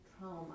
trauma